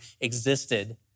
existed